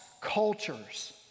cultures